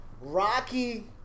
Rocky